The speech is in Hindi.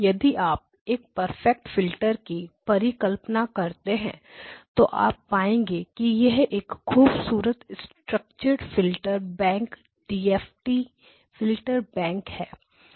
यदि आप एक परफेक्ट फिल्टर की परिकल्पना करते हैं तो आप पाएंगे कि यह एक खूबसूरत structure filter bank DFT filter bank है